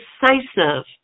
decisive